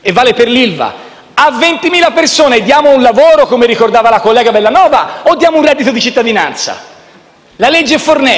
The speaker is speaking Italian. Questo vale anche per l'ILVA: a 20.000 persone diamo un lavoro, come ricordava la senatrice Bellanova, o diamo un reddito di cittadinanza? La legge Fornero